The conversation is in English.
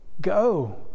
go